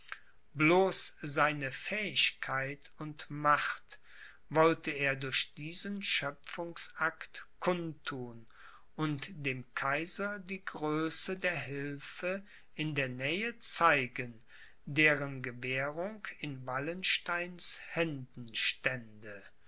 seine fähigkeit und macht wollte er durch diesen schöpfungsakt kund thun und dem kaiser die größe der hilfe in der nähe zeigen deren gewährung in wallensteins